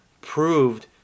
proved